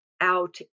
out